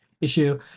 issue